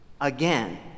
again